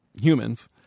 humans